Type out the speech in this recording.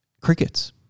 crickets